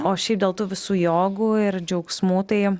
o šiaip dėl tų visų jogų ir džiaugsmų tai